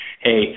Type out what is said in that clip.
hey